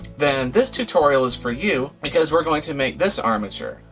then this tutorial is for you, because we're going to make this armature.